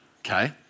okay